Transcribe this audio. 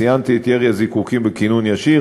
ציינתי את ירי הזיקוקים בכינון ישיר,